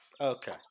Okay